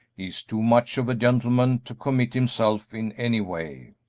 he is too much of a gentleman to commit himself in any way.